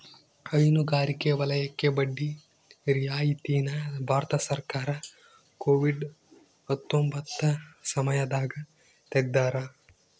ಹೈನುಗಾರಿಕೆ ವಲಯಕ್ಕೆ ಬಡ್ಡಿ ರಿಯಾಯಿತಿ ನ ಭಾರತ ಸರ್ಕಾರ ಕೋವಿಡ್ ಹತ್ತೊಂಬತ್ತ ಸಮಯದಾಗ ತೆಗ್ದಾರ